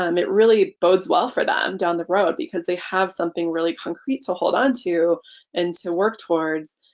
um it really bodes well for them down the road because they have something really concrete to hold onto and to work towards